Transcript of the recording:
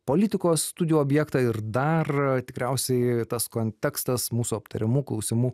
politikos studijų objektą ir dar tikriausiai tas kontekstas mūsų aptariamų klausimų